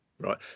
right